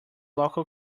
local